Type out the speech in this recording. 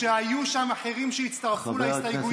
כשהיו שם אחרים שהצטרפו להסתייגויות.